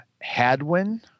Hadwin